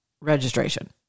registration